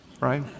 right